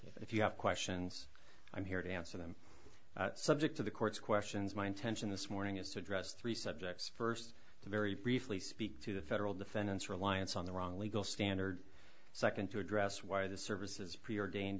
briefs if you have questions i'm here to answer them subject to the court's questions my intention this morning is to address three subjects first to very briefly speak through the federal defendant's reliance on the wrong legal standard second to address why the service is preordained